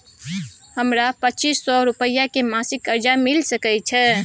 हमरा पच्चीस सौ रुपिया के मासिक कर्जा मिल सकै छै?